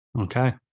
okay